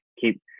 keep